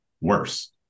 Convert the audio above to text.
worse